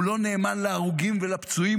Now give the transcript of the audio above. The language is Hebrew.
הוא לא נאמן להרוגים ולפצועים,